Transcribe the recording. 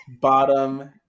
Bottom